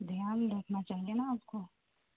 دھیان رکھنا چاہئے نا آپ کو